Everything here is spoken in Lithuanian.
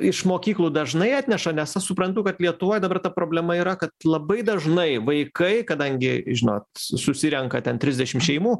iš mokyklų dažnai atneša nes aš suprantu kad lietuvoj dabar ta problema yra kad labai dažnai vaikai kadangi žinot susirenka ten trisdešim šeimų